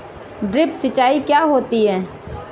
Drip सिंचाई क्या होती हैं?